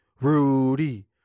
Rudy